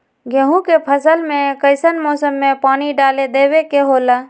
गेहूं के फसल में कइसन मौसम में पानी डालें देबे के होला?